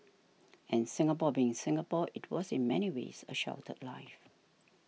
and Singapore being Singapore it was in many ways a sheltered life